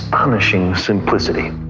astonishing simplicity!